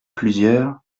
plusieurs